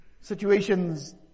situations